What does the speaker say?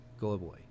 globally